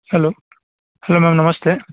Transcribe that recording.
hello hello ma'am ನಮಸ್ತೆ